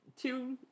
Two